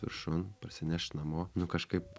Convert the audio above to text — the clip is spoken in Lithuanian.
viršun parsinešt namo nu kažkaip